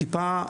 טיפה למטה.